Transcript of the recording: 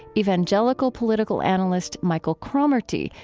evangelical political analyst michael cromartie,